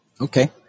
Okay